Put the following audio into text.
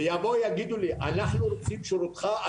ויבואו ויגידו לי אנחנו רוצים את שירותך,